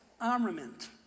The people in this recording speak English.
armament